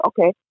okay